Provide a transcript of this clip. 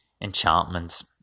Enchantments